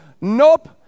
Nope